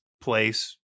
place